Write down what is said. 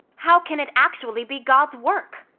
how can it actually be god's work?